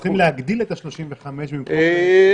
צריכים להגדיל את ה-35% במקום להקטין,